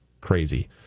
crazy